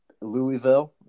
Louisville